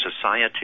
society